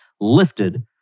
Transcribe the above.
lifted